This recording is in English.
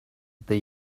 the